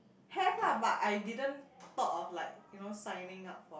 have lah but I didn't thought of like you know signing up for